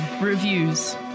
reviews